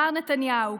מר נתניהו,